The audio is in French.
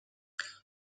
les